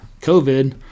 COVID